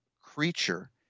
creature